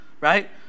right